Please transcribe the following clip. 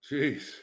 Jeez